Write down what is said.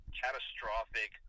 catastrophic